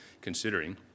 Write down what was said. considering